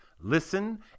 Listen